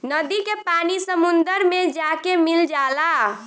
नदी के पानी समुंदर मे जाके मिल जाला